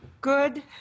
good